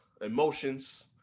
emotions